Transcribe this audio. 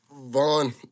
Vaughn